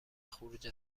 خروج